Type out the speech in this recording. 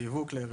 ביבוא כלי רכב,